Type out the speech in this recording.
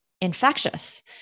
infectious